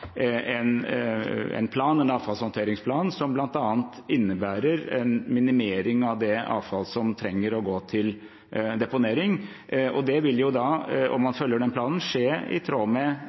en avfallshåndteringsplan, som bl.a. innebærer en minimering av det avfallet som trenger å gå til deponering. Det vil da, om man følger den planen, skje i tråd med